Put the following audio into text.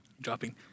dropping